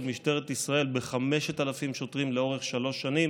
משטרת ישראל ב-5,000 שוטרים לאורך שלוש שנים,